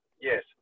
Yes